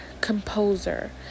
composer